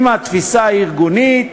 עם התפיסה הארגונית